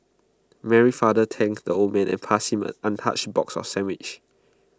Mary's father thanked the old man and passed him an untouched box of sandwiches